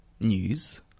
news